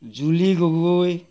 Juli Gogoi